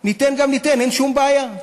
ניתן גם ניתן, אין שום בעיה.